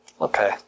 Okay